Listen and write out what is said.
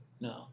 no